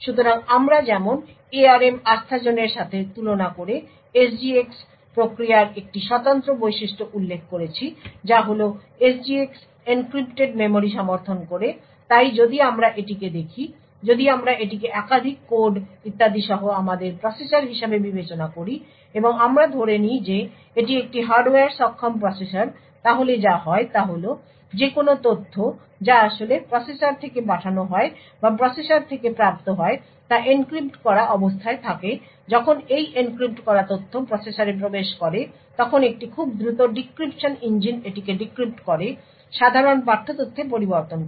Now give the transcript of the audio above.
সুতরাং আমরা যেমন ARM আস্থাজোনের সাথে তুলনা করে SGX প্রক্রিয়ার একটি স্বতন্ত্র বৈশিষ্ট্য উল্লেখ করেছি যা হল SGX এনক্রিপ্টেড মেমরি সমর্থন করে তাই যদি আমরা এটিকে দেখি যদি আমরা এটিকে একাধিক কোড ইত্যাদি সহ আমাদের প্রসেসর হিসাবে বিবেচনা করি এবং আমরা ধরে নিই যে এটি একটি হার্ডওয়্যার সক্ষম প্রসেসর তাহলে যা হয় তা হল যে কোন তথ্য যা আসলে প্রসেসর থেকে পাঠানো হয় বা প্রসেসর থেকে প্রাপ্ত হয় তা এনক্রিপ্ট করা অবস্থায় থাকে যখন এই এনক্রিপ্ট করা তথ্য প্রসেসরে প্রবেশ করে তখন একটি খুব দ্রুত ডিক্রিপশন ইঞ্জিন এটিকে ডিক্রিপ্ট করে সাধারণ পাঠ্য তথ্যে পরিবর্তন করে